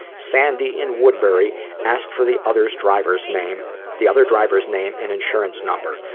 sandy in woodbury asked for the other's driver's name the other driver's name and insurance number.